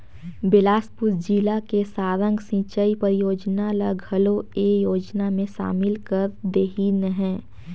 बेलासपुर जिला के सारंग सिंचई परियोजना ल घलो ए योजना मे सामिल कर देहिनह है